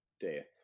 death